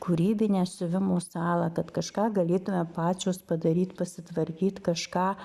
kūrybinę siuvimo salą kad kažką galėtume pačios padaryt pasitvarkyt kažką